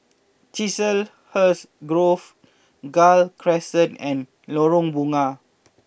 Chiselhurst Grove Gul Crescent and Lorong Bunga